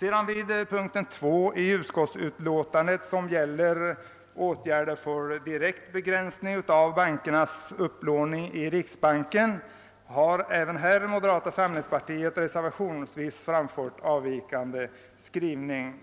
Även vid punkten 2 i utskottsutlåtandet, som gäller åtgärder för direkt begränsning av bankernas upplåning i riksbanken, har moderata samlingspartiets ledamöter reservationsvis en avvikande skrivning.